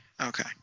Okay